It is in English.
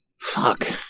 Fuck